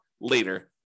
later